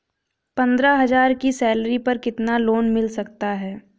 पंद्रह हज़ार की सैलरी पर कितना लोन मिल सकता है?